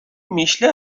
میشله